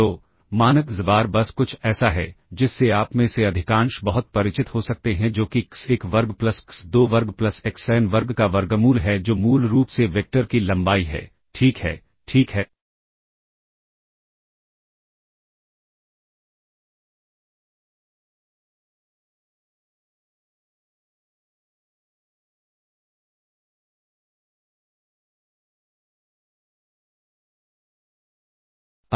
तो मानक xbar बस कुछ ऐसा है जिससे आप में से अधिकांश बहुत परिचित हो सकते हैं जो कि x1 वर्ग प्लस x2 वर्ग प्लस xn वर्ग का वर्गमूल है जो मूल रूप से वेक्टर की लंबाई है ठीक है ठीक है